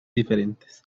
diferentes